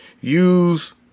Use